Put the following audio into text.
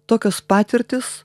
tokios patirtys